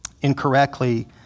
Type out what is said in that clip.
incorrectly